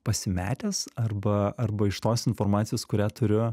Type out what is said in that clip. pasimetęs arba arba iš tos informacijos kurią turiu